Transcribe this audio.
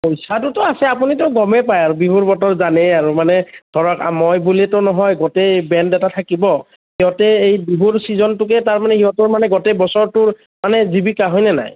পইছাটোতো আছে আপুনিটো গমেই পাই আৰু বিহুৰ বতৰ জানেই আৰু মানে ধৰক মই বুলিতো নহয় গোটেই বেণ্ড এটা থাকিব সিহঁতে এই বিহুৰ ছিজনটোকে তাৰমানে সিহঁতৰ মানে গোটেই বছৰটোৰ মানে জীৱিকা হয়নে নাই